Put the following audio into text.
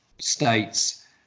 states